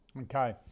Okay